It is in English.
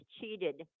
cheated